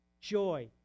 joy